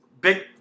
Big